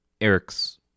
eric's